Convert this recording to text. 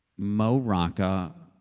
mo rocca,